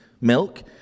milk